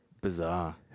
bizarre